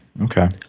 Okay